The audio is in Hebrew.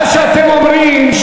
מה שאתם אומרים,